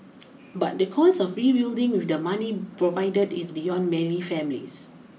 but the cost of rebuilding with the money provided is beyond many families